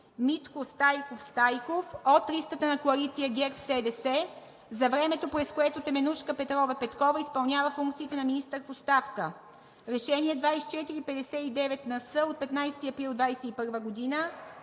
Митко Стайков Стайков, с ЕГН …, от листата на коалиция ГЕРБ-СДС, за времето, през което Теменужка Петрова Петкова изпълнява функциите на министър в оставка.“ Решение № 2459-НС, София, 15 април 2021 г.